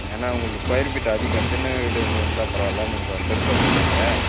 ஏன்னா உங்களுது square feet அதிகம் சின்ன வீடு மாரி இருந்தால் பரவாயில்லை நீங்கள் கொஞ்சம் பெருசாக சொல்கிறீங்க